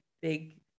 big